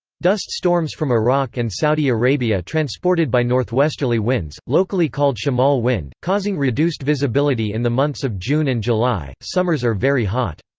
dust storms from iraq and saudi arabia transported by northwesterly winds, locally called shamal wind, causing reduced visibility in the months of june and july summers are very hot.